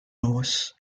noas